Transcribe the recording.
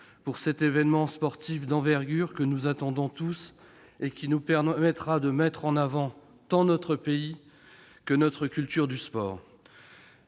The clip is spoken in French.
de cet événement sportif d'envergure, que nous attendons tous, et qui nous permettra de mettre en avant tant notre pays que notre culture du sport.